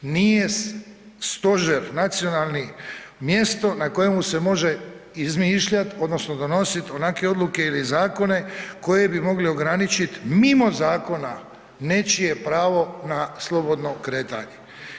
Nije stožer nacionalno mjesto na kojemu se može izmišljat odnosno donosit onakve odluke ili zakone koje bi mogli ograničit mimo zakona nečije pravo na slobodno kretanje.